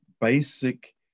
basic